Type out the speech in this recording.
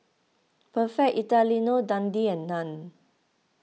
Perfect Italiano Dundee and Nan